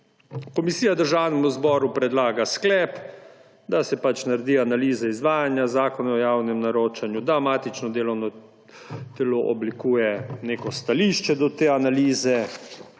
Komisija Državnemu zboru predlaga sklep, da se pač naredi analiza izvajanja Zakona o javnem naročanju, da matično delovno telo oblikuje neko stališče do te analize.